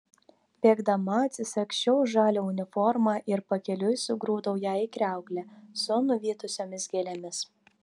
bėgdama atsisagsčiau žalią uniformą ir pakeliui sugrūdau ją į kriauklę su nuvytusiomis gėlėmis